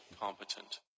competent